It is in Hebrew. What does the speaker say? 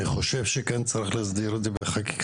אני חושב שכן צריך להסדיר את הנושא בחקיקה.